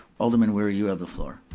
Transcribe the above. alderman wery, you have the floor.